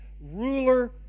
ruler